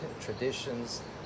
traditions